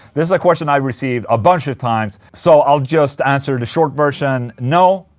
this is a question. i received a bunch of times, so i'll just answer the short version no.